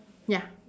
ya